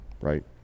right